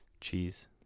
Cheese